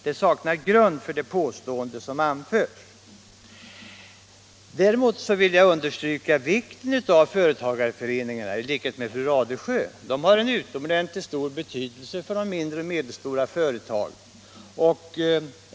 Däremot vill jag i likhet med fru Radesjö understryka vikten av företagareföreningarna. De har ett utomordentligt stort värde för de mindre och medelstora företagen.